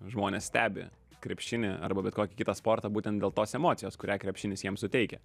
žmonės stebi krepšinį arba bet kokį kitą sportą būtent dėl tos emocijos kurią krepšinis jiems suteikia